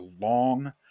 long